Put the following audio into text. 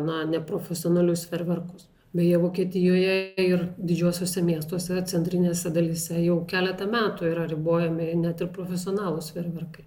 na neprofesionalius ferverkus beje vokietijoje ir didžiuosiuose miestuose centrinėse dalyse jau keletą metų yra ribojami net ir profesionalūs feerverkai